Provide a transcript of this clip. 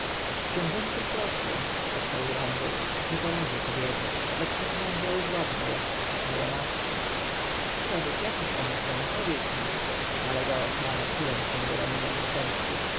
książęcym troskom odparł ramzes nie poradzi kobieta nawet tak mądra i władna jak moja matka przebóg jakież one są powiedz mi nalegała sara tuląc się do ramienia następcy